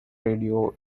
radio